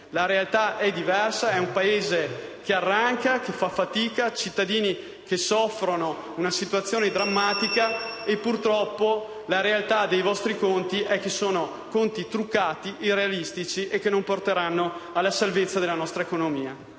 La realtà è diversa: è quella di un Paese che arranca, fa fatica, con i cittadini che soffrono una situazione drammatica. Purtroppo, la realtà è che i vostri conti sono truccati, irrealistici e non porteranno alla salvezza della nostra economia.